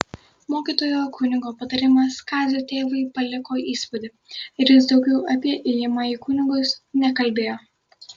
mokyto kunigo patarimas kazio tėvui paliko įspūdį ir jis daugiau apie ėjimą į kunigus nekalbėjo